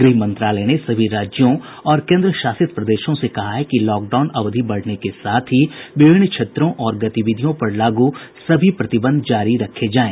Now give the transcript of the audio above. गृह मंत्रालय ने सभी राज्यों और केन्द्र शासित प्रदेशों से कहा है कि लॉकडाउन अवधि बढ़ने के साथ विभिन्न क्षेत्रों और गतिविधियों पर लागू सभी प्रतिबंध जारी रखे जाएं